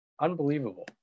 Unbelievable